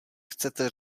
chcete